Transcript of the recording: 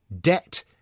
debt